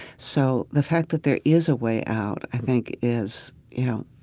so the fact that there is a way out i think is, you know,